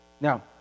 Now